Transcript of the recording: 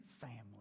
family